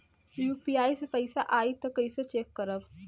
UPI से पैसा आई त कइसे चेक करब?